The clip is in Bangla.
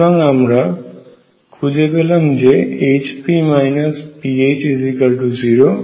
সুতরাং আমরা খুঁজে পেলাম যে Hp pH0